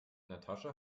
natascha